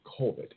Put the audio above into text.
COVID